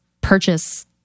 purchase